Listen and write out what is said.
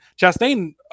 Chastain